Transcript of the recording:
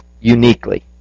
uniquely